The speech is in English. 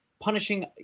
punishing –